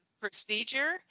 procedure